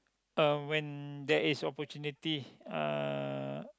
um when there is opportunity uh